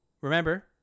Remember